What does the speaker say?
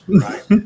Right